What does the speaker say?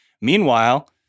Meanwhile